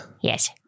Yes